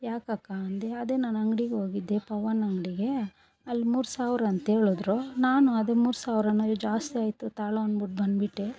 ಯಾಕಕ್ಕ ಅಂದೆ ಅದೇ ನಾನು ಅಂಗಡಿಗೆ ಹೋಗಿದ್ದೆ ಪವನ್ ಅಂಗಡಿಗೆ ಅಲ್ಲಿ ಮೂರು ಸಾವಿರ ಅಂತ ಹೇಳಿದ್ರು ನಾನು ಅದು ಮೂರು ಸಾವಿರಾನಾ ಜಾಸ್ತಿ ಆಯಿತು ತಾಳು ಅಂದು ಬಂದ್ಬಿಟ್ಟೆ